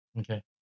Okay